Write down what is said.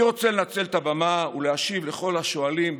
אני רוצה לנצל את הבמה ולהשיב לכל השואלים,